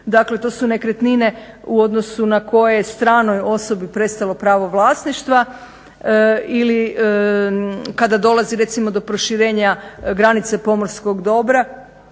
Dakle, to su nekretnine u odnosu na koje stranoj osobi prestalo pravo vlasništva ili kada dolazi recimo do proširenja granice pomorskog dobra.